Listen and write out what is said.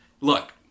Look